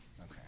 Okay